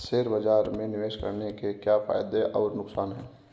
Share बाज़ार में निवेश करने के क्या फायदे और नुकसान हैं?